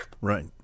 Right